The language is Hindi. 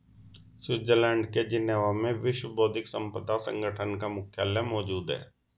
स्विट्जरलैंड के जिनेवा में विश्व बौद्धिक संपदा संगठन का मुख्यालय मौजूद है